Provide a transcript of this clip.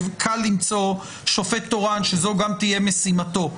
קל למצוא שופט תורן שזו גם תהיה משימתו.